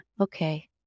okay